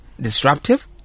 Disruptive